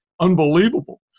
unbelievable